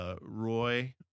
Roy